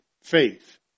faith